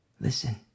Listen